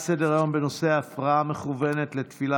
הצעות לסדר-היום בנושא: ההפרעה המכוונת לתפילה